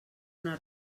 una